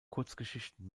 kurzgeschichten